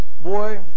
boy